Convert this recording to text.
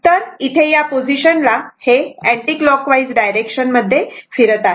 तर इथे या पोझिशनला हे अँटीक्लॉकवाईज डायरेक्शन मध्ये फिरत आहे